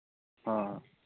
ᱦᱮᱸ